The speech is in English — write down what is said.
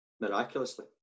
Miraculously